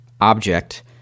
object